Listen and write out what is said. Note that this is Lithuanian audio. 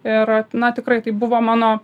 ir na tikrai taip buvo mano